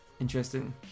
Interesting